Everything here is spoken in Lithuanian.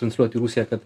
transliuot į rusiją kad